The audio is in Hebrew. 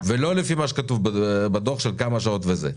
ולא לפי כמה שכתוב בדוח כמה שעות וכן הלאה,